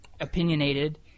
opinionated